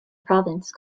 province